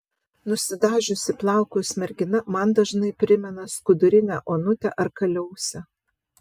nusidažiusi plaukus mergina man dažnai primena skudurinę onutę ar kaliausę